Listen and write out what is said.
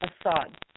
Assad